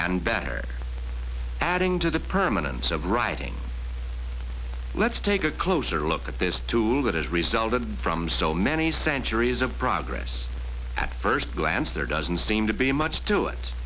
and better adding to the permanence of writing let's take a closer look at this tool that has resulted from so many centuries of progress at first glance there doesn't seem to be much to it